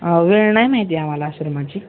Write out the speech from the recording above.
वेळ नाही माहिती आम्हाला आश्रमाची